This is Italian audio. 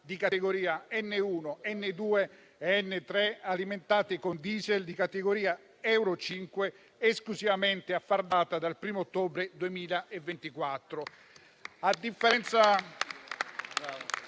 categorie N1, N2 e N3, alimentati con diesel, di categoria euro 5, esclusivamente a far data dal 1° ottobre 2024.